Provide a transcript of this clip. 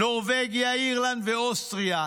נורבגיה, אירלנד ואוסטריה,